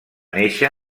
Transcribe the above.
néixer